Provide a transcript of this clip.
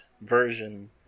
version